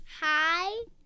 Hi